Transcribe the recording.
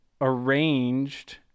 arranged